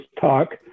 talk